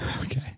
Okay